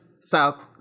South